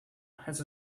has